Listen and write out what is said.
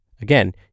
Again